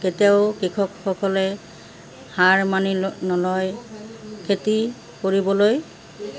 কেতিয়াও কৃষকসকলে হাৰ মানি ল নলয় খেতি কৰিবলৈ